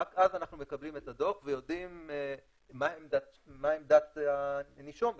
רק אז אנחנו מקבלים את הדוח ויודעים מה עמדת הנישום בכלל.